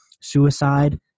Suicide